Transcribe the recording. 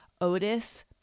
Otis